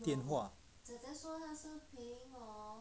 电话